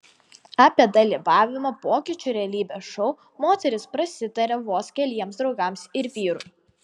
apie dalyvavimą pokyčių realybės šou moteris prasitarė vos keliems draugams ir vyrui